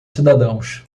cidadãos